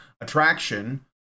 attraction